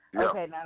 Okay